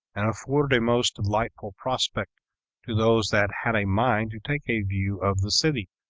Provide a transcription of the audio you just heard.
and afforded a most delightful prospect to those that had a mind to take a view of the city,